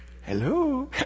Hello